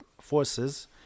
forces